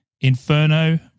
Inferno